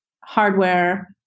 hardware